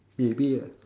maybe lah